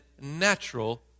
natural